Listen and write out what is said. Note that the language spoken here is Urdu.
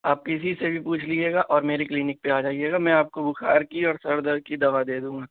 آپ کسی سے بھی پوچھ لیجیے گا اور میری کلینک پہ آ جائیے گا میں آپ کو بخار کی اور سر درد کی دوا دے دوں گا